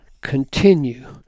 continue